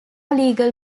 legal